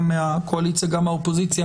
גם מהקואליציה וגם מהאופוזיציה